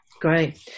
Great